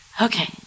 Okay